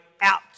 out